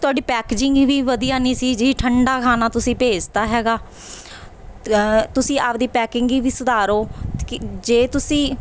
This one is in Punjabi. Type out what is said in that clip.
ਤੁਹਾਡੀ ਪੈਕਜਿੰਗ ਵੀ ਵਧੀਆ ਨਹੀਂ ਸੀ ਜੀ ਠੰਡਾ ਖਾਣਾ ਤੁਸੀਂ ਭੇਜ ਤਾ ਹੈਗਾ ਤੁਸੀਂ ਆਪਣੀ ਪੈਕਿੰਗ ਹੀ ਵੀ ਸੁਧਾਰੋ ਕਿ ਜੇ ਤੁਸੀਂ